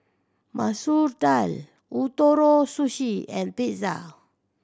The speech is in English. Masoor Dal Ootoro Sushi and Pizza